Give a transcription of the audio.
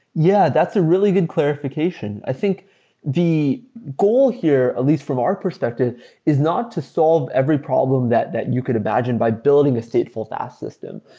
yeah, that's a really good clarification. i think the goal here at least from our perspective is not to solve every problem that that you can imagine by building a stateful faas system.